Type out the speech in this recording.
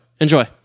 Enjoy